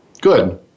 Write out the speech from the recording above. Good